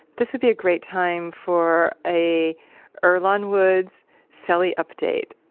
this would be a great time for a earlonne woods so cellie update.